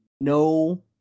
no